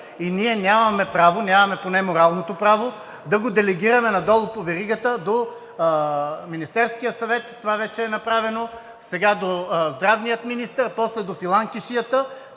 и ние нямаме право, нямаме поне моралното право да го делегираме надолу по веригата до Министерския съвет – това вече е направено, сега до здравния министър, после до филанкишията.